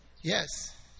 Yes